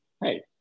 hey